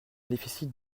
déficit